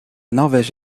norvège